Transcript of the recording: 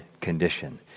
condition